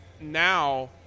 now